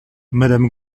madame